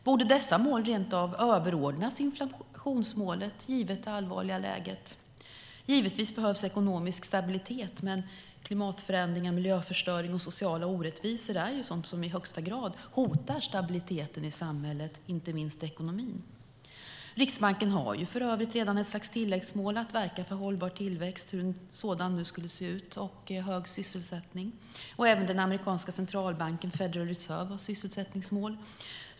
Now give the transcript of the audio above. Borde dessa mål rentav överordnas inflationsmålet givet det allvarliga läget? Givetvis behövs ekonomisk stabilitet, men klimatförändringar, miljöförstöring och sociala orättvisor hotar i högsta grad stabiliteten i samhället, inte minst ekonomin. Riksbanken har ju för övrigt redan ett slags tilläggsmål, nämligen att verka för hållbar tillväxt, hur nu en sådan skulle se ut, och hög sysselsättning. Även den amerikanska centralbanken, Federal Reserve, har sysselsättningsmål.